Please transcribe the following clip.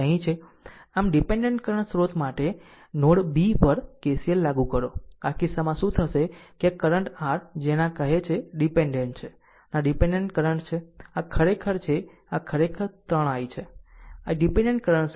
આમ dependent current સ્રોત માટે નોડ b પર KCL લાગુ કરો આ કિસ્સામાં શું થશે કે આ કરંટ r જેને આ કહે છે તે ડીપેન્ડેન્ટ છે આ ડીપેન્ડેન્ટ કરંટ છે આ ખરેખર છે અને આ ખરેખર 3 I છે આ ડીપેન્ડેન્ટ કરંટ સ્રોત છે